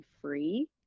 free